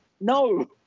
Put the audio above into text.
no